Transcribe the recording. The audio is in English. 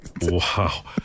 Wow